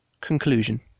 Conclusion